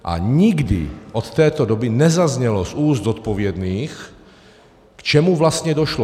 A nikdy od této doby nezaznělo z úst zodpovědných, k čemu vlastně došlo.